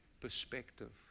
perspective